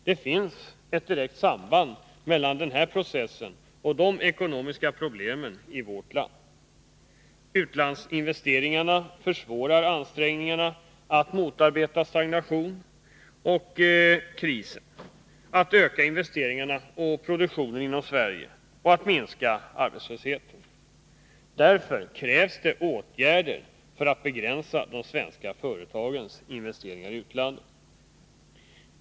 Det finns ett direkt samband mellan den processen och de ekonomiska problemen i vårt land. Utlandsinvesteringarna försvårar ansträngningarna att motarbeta stagnation och kriser, att öka investeringarna och produktionen inom Sverige och minska arbetslösheten. Därför krävs det åtgärder för att begränsa de svenska företagens investeringar i utlandet.